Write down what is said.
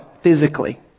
physically